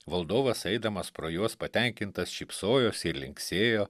valdovas eidamas pro juos patenkintas šypsojosi ir linksėjo